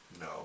No